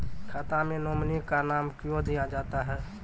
खाता मे नोमिनी का नाम क्यो दिया जाता हैं?